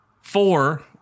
four